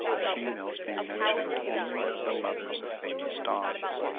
the females being mentioned only as the mothers of famous dogs.